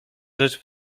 rzecz